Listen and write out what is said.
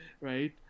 right